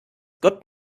gott